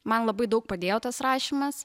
man labai daug padėjo tas rašymas